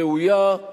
ראויה,